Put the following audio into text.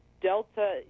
Delta